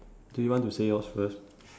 do you want to say yours first